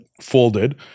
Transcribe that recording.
folded